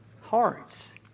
Hearts